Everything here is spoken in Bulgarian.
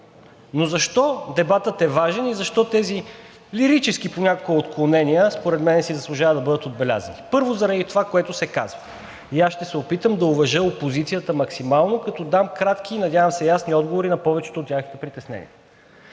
Но защо дебатът е важен и защо тези лирически понякога отклонения според мен си заслужава да бъдат отбелязани? Първо, заради това, което се каза, и аз ще се опитам да уважа опозицията максимално, като дам кратки и, надявам се, ясни отговори на повечето от техните притеснения.